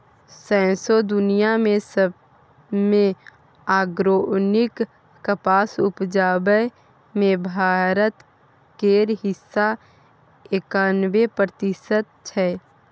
सौंसे दुनियाँ मे आर्गेनिक कपास उपजाबै मे भारत केर हिस्सा एकानबे प्रतिशत छै